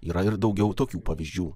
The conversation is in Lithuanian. yra ir daugiau tokių pavyzdžių